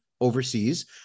overseas